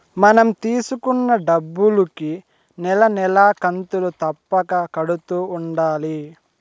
మనం తీసుకున్న డబ్బులుకి నెల నెలా కంతులు తప్పక కడుతూ ఉండాలి